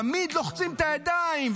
תמיד לוחצים את הידיים.